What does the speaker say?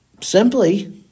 simply